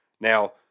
Now